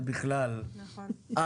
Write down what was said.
שזה בכלל אבסורד.